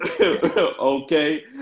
Okay